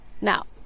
now